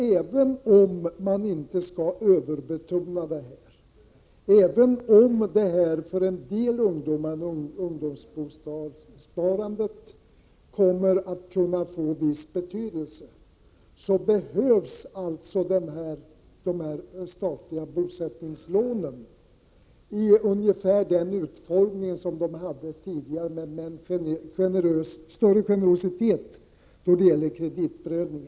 Även om man inte skall överbetona detta och även om ungdomsbosparandet kommer att få viss betydelse för en del ungdomar, behövs dessa statliga bosättningslån med ungefär den utformning de hade tidigare men med en större generositet då det gäller kreditprövningen.